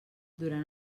durant